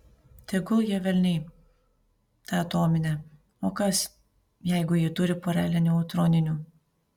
tegul ją velniai tą atominę o kas jeigu jis turi porelę neutroninių